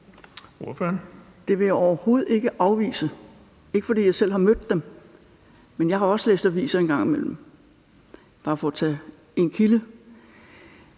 Det vil jeg overhovedet ikke afvise, ikke fordi jeg selv har mødt dem – men jeg har også læst aviser en gang imellem, bare for at tage én kilde.